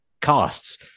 costs